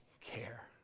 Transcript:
care